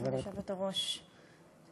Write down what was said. כבוד היושבת-ראש,